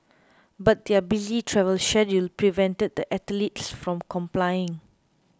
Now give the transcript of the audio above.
but their busy travel schedule prevented the athletes from complying